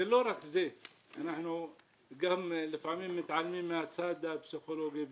לא רק זה אלא שלפעמים אנחנו גם מתעלמים מהצד הפסיכולוגי,